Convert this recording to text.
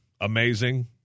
amazing